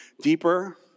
deeper